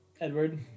Edward